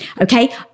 okay